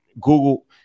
Google